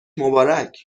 مبارک